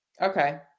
okay